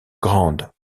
grandes